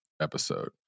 episode